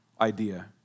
idea